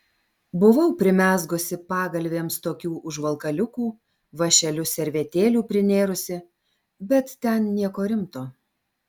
buvau primezgusi pagalvėms tokių užvalkaliukų vąšeliu servetėlių prinėrusi bet ten nieko rimto